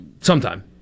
sometime